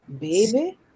Baby